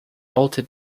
altered